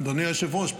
אדוני היושב-ראש,